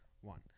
One